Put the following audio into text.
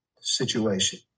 situation